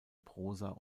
prosa